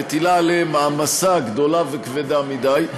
מטילה עליהם מעמסה גדולה וכבדה מדי.